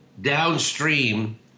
downstream